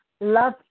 Love